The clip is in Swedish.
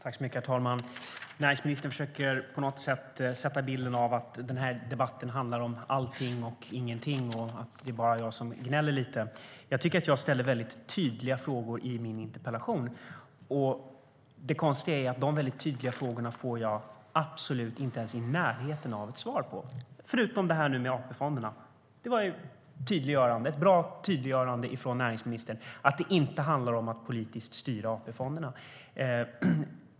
Herr talman! Näringsministern försöker på något sätt skapa bilden av att den här debatten handlar om allting och ingenting och att det bara är jag som gnäller lite. Jag tycker att jag ställer väldigt tydliga frågor i min interpellation. Det konstiga är att på de väldigt tydliga frågorna får jag absolut inget ens i närheten av ett svar - förutom om AP-fonderna. Det var ett bra tydliggörande från näringsministern att det inte handlar om att politiskt styra AP-fonderna.